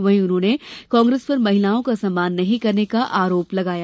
वहीं उन्होंने कांग्रेस पर महिलाओं का सम्मान नहीं करने का आरोप लगाया